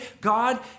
God